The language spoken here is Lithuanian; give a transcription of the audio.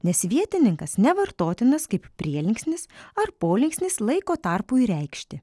nes vietininkas nevartotinas kaip prielinksnis ar polinksnis laiko tarpui reikšti